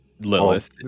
Lilith